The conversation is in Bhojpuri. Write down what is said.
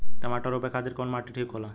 टमाटर रोपे खातीर कउन माटी ठीक होला?